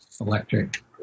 electric